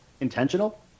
intentional